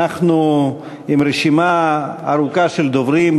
אנחנו עם רשימה ארוכה של דוברים,